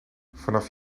vanaf